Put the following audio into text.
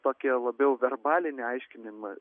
tokie labiau verbalinį aiškinimą